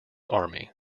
army